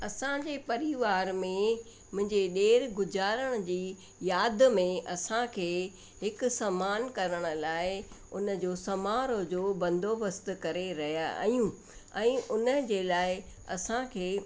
असांजे परिवार में मुंहिंजे ॾेर गुज़रण जी यादि में असांखे हिकु समान करण लाइ उन जो समारोह जो बंदोबस्त करे रहिया आहियूं ऐं उन जे लाइ असांखे